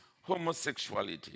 homosexuality